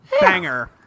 Banger